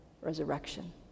resurrection